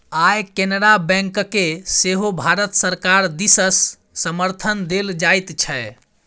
आय केनरा बैंककेँ सेहो भारत सरकार दिससँ समर्थन देल जाइत छै